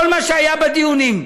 כל מה שהיה בדיונים,